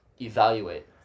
evaluate